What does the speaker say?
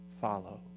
follow